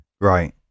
Right